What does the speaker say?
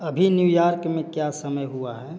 अभी न्यूयार्क में क्या समय हुआ है